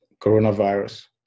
coronavirus